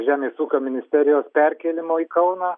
žemės ūkio ministerijos perkėlimo į kauną